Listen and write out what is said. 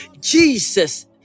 Jesus